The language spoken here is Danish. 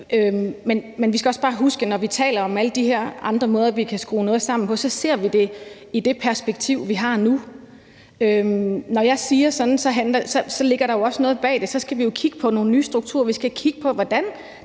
Men vi skal også bare huske, at når vi taler om alle de her andre måder, vi kan skrue noget sammen på, ser vi det i det perspektiv, vi har nu. Når jeg siger sådan, ligger der jo også noget bag det. Vi skal kigge på nogle nye strukturer, og vi skal kigge på, hvordan